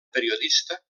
periodista